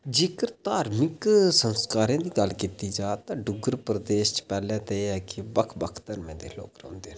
जेकर धार्मिक संस्कारें दी गल्ल कीती जा ते पैह्लें ते एह् ऐ की इत्थें बक्ख बक्ख धर्में दे लोग रौहंदे न